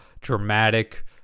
dramatic